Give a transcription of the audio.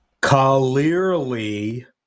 Clearly